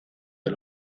del